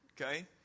Okay